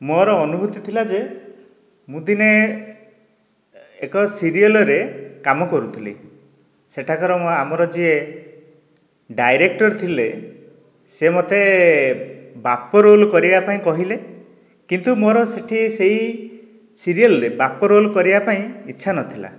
ମୋର ଅନୁଭୂତି ଥିଲା ଯେ ମୁ ଦିନେ ଏକ ସିରିଏଲରେ କାମ କରୁଥିଲି ସେଠାକାର ଆମର ଯିଏ ଡାଇରେକ୍ଟର ଥିଲେ ସେ ମୋତେ ବାପ ରୋଲ୍ କରିବୋପାଇଁ କହିଲେ କିନ୍ତୁ ମୋର ସେଠି ସେଇ ସିରିଏଲରେ ବାପ ରୋଲ କରିବାପାଇଁ ଇଚ୍ଛା ନଥିଲା